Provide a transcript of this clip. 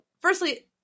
firstly